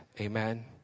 Amen